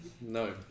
No